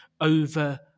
over